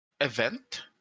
event